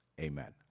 amen